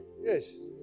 Yes